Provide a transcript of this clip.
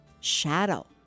shadow